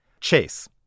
Chase